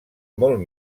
molt